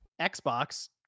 Xbox